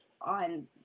on